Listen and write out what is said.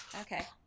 Okay